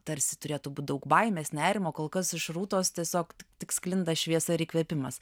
tarsi turėtų būti daug baimės nerimo kol kas iš rūtos tiesiog tik sklinda šviesa ir įkvėpimas